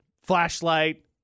flashlight